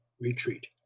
retreat